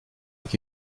avec